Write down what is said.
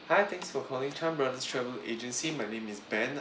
hi thanks for calling chan brothers travel agency my name is ben